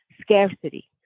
scarcity